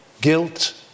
guilt